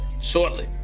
shortly